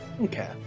Okay